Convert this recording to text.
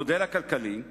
המודל הכלכלי כולל,